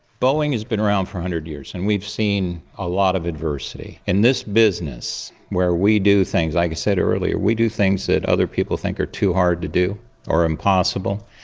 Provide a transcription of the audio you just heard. boeing has been around for one hundred years, and we've seen a lot of adversity. in this business where we do things, like i said earlier, we do things that other people think are too hard to do or impossible,